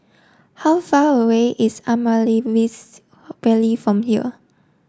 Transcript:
how far away is Amaryllis from here